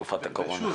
ושוב,